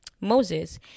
Moses